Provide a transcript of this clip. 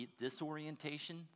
disorientation